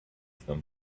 them